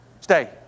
Stay